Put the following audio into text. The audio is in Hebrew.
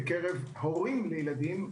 בקרב הורים לילדים,